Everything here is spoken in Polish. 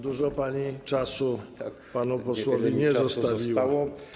Dużo pani czasu panu posłowi nie zostawiła.